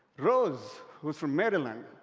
rose, who's from maryland,